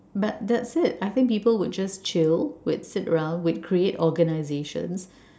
but that's it I think people would just chill would sit around would create organizations